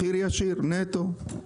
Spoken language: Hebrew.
מחיר ישיר נטו.